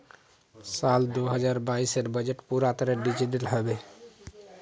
साल दो हजार बाइसेर बजट पूरा तरह डिजिटल हबे